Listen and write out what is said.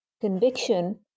conviction